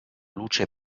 luce